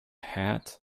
hat